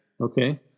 Okay